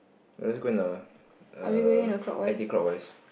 oh go in a err anticlockwise